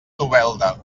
novelda